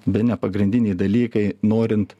bene pagrindiniai dalykai norint